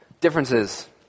Differences